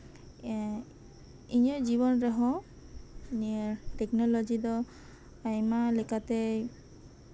ᱤᱧᱟᱹᱜ ᱡᱤᱭᱚᱱ ᱨᱮᱦᱚᱸ ᱴᱮᱠᱱᱳᱞᱚᱡᱤ ᱫᱚ ᱟᱭᱢᱟ ᱞᱮᱠᱟᱛᱮᱭ